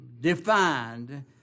defined